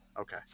okay